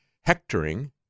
hectoring